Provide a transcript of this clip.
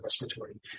respiratory